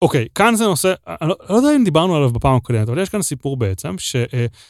אוקיי, כאן זה נושא, אני לא יודע אם דיברנו עליו בפעם הקודמת, אבל יש כאן סיפור בעצם ש...